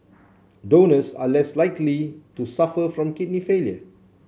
donors are less likely to suffer from kidney failure